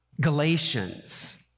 Galatians